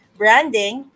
branding